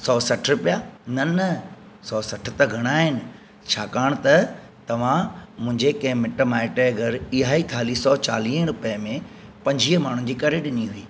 सौ सठ रुपया न न सौ सठ त घणा आहिनि छाकाणि त तव्हां मुंहिंजे कंहिं मिट माइट जे घर इहा ई थाली सौ चालीअ रुपए में पंजुवीह माण्हुनि जी करे ॾिनी हुई